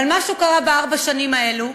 אבל משהו קרה בארבע השנים האלו,